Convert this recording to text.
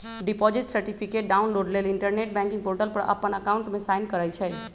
deposit certificate download लेल internet banking portal पर अप्पन अकाउंट में साइन करइ छइ